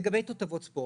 לגבי תותבות ספורט,